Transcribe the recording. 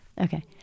Okay